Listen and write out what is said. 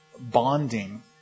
bonding